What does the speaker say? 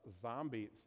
zombies